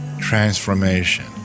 transformation